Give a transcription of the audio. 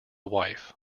wife